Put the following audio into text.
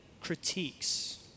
critiques